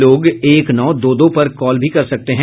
लोग एक नौ दो दो पर कॉल भी कर सकते हैं